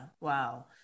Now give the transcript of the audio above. Wow